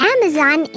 Amazon